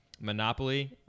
Monopoly